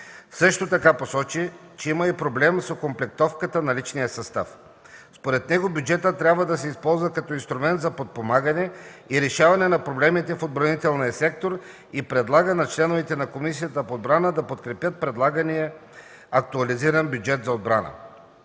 Също така посочи, че има и проблем с окомплектовката на личния състав. Според него бюджетът трябва да се използва като инструмент за подпомагане и решаване на проблемите в отбранителния сектор и предлага на членовете на Комисията по отбрана да подкрепят предлагания актуализиран бюджет за отбрана.